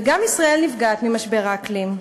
וגם ישראל נפגעת ממשבר האקלים.